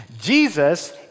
Jesus